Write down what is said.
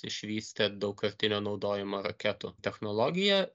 išvystė daugkartinio naudojimo raketų technologiją